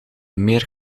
meer